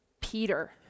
Peter